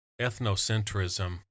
ethnocentrism